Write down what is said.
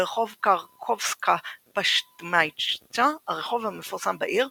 ברחוב קרקובסקה פשדמיישצ'ה, הרחוב המפורסם בעיר,